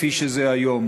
כפי שזה היום,